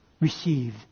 Receive